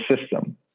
system